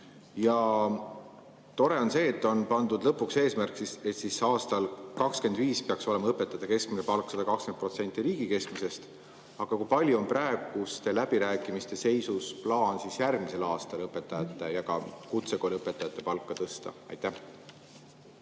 tore on see, et on pandud lõpuks eesmärk, et aastal 2025 peaks olema õpetajate keskmine palk 120% riigi keskmisest. Aga kui palju on praeguste läbirääkimiste seisus plaan järgmisel aastal õpetajate, ka kutsekooliõpetajate palka tõsta? Aitäh,